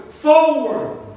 forward